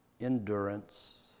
endurance